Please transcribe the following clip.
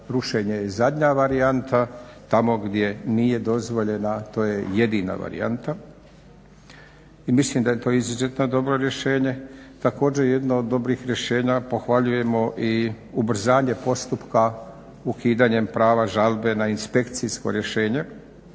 rušenje je zadnja varijanta, a tamo gdje nije dozvoljena to je jedina varijanta. I mislim da je to izuzetno dobro rješenje. Također jedno od dobrih rješenja, pohvaljujemo i ubrzanje postupka ukidanjem prava žalbe na inspekcijsko rješenje.